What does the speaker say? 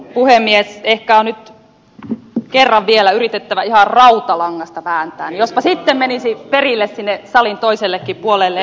ehkä on nyt kerran vielä yritettävä ihan rautalangasta vääntää jospa sitten menisi perille sinne salin toisellekin puolelle